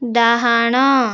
ଡାହାଣ